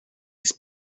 his